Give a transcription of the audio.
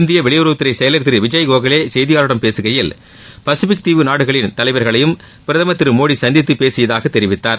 இந்திய வெளியுறவுத்துறை செயலர் திரு விஜய் கோகலே செய்தியாளர்களிடம் பேசுகையில் பசிபிக் நாடுகளின் தலைவர்களையும் பிரதமர் திரு மோடி சந்தித்து பேசியதாக தெரவித்தார்